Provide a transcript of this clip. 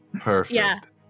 perfect